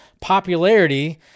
popularity